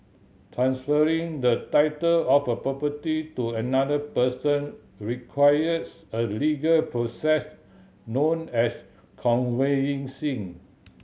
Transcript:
transferring the title of a property to another person requires a legal process known as conveyancing